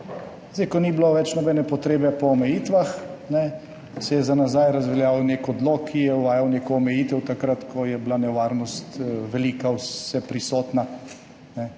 ko ni bilo več nobene potrebe po omejitvah, se je za nazaj razveljavil nek odlok, ki je uvajal neko omejitev. Takrat, ko je bila nevarnost velika, vseprisotna,